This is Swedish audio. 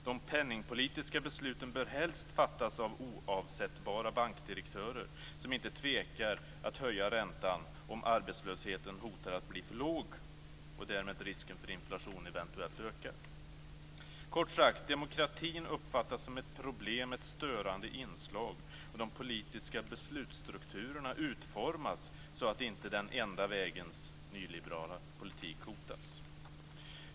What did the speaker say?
De penningpolitiska besluten bör helst fattas av oavsättbara bankdirektörer som inte tvekar att höja räntan om arbetslösheten hotar att bli för låg och därmed risken för inflation eventuellt ökar. Kort sagt uppfattas demokratin som ett problem, ett störande inslag. De politiska beslutsstrukturerna utformas så att den enda vägens nyliberala politik inte hotas.